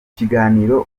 kiganiro